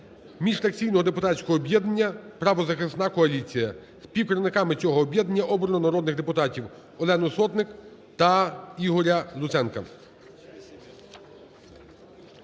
міжфракційного депутатського об'єднання "Правозахисна коаліція". Співкерівниками цього об'єднання обрано народних депутатів Олену Сотник та Ігоря Луценка.